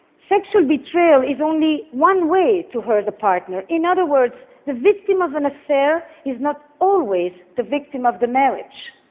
sexual betrayal is only one way to hurt a partner. in other words, the victim of an affair is not always the victim of the marriage.